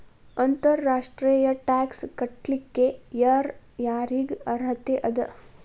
ಅಂತರ್ ರಾಷ್ಟ್ರೇಯ ಟ್ಯಾಕ್ಸ್ ಕಟ್ಲಿಕ್ಕೆ ಯರ್ ಯಾರಿಗ್ ಅರ್ಹತೆ ಅದ?